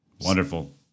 Wonderful